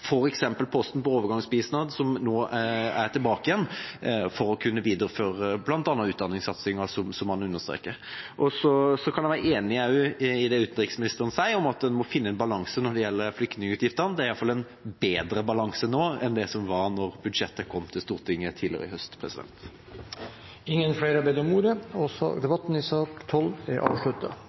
posten overgangsbistand, som nå er tilbake, for å kunne videreføre bl.a. utdanningssatsinga, som statsråden understreker. Jeg er også enig i det utenriksministeren sier om at man må finne en balanse når det gjelder flyktningutgiftene. Det er i hvert fall en bedre balanse nå enn det som var da budsjettet kom til Stortinget tidligere i høst. Flere har ikke bedt om ordet til sak nr. 12. Ingen har bedt om ordet. Ingen har bedt om ordet.